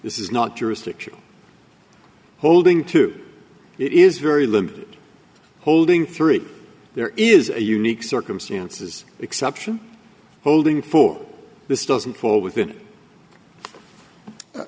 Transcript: this is not jurisdiction holding to it is very limited holding three there is a unique circumstances exception holding for this doesn't fall within